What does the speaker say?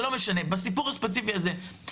בסיפור הספציפי הזה,